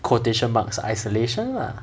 quotation marks isolation lah